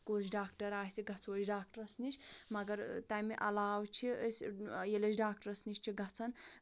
کُس ڈاکٹر آسہِ گژھو أسۍ ڈاکٹرَس نِش مگر تَمہِ علاوٕ چھِ أسۍ ییٚلہِ أسۍ ڈاکٹرَس نِش چھِ گژھان